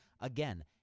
Again